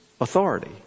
authority